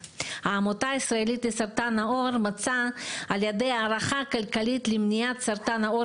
העמותה הישראלית לסרטן העור מצאה על ידי הערכה כלכלית למניעת סרטן העור